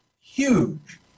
huge